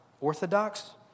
orthodox